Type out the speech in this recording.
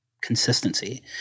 consistency